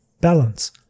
balance